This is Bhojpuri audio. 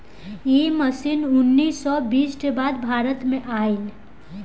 इ मशीन उन्नीस सौ बीस के बाद भारत में आईल